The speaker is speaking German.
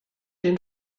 den